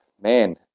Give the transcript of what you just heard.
man